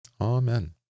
Amen